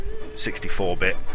64-bit